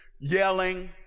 yelling